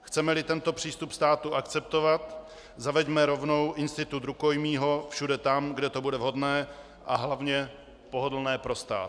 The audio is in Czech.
Chcemeli tento přístup státu akceptovat, zaveďme rovnou institut rukojmí všude tam, kde to bude vhodné a hlavně pohodlné pro stát.